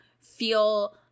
feel